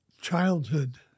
childhood